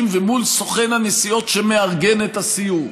ומול סוכן הנסיעות שמארגן את הסיור.